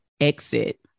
exit